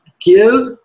give